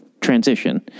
transition